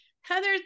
Heather